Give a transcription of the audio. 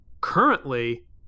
currently